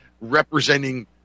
representing